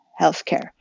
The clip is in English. healthcare